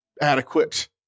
adequate